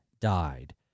died